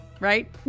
right